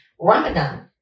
Ramadan